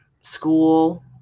school